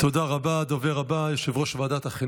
הגנה על זכויות הסטודנט ושכר הלימוד בעת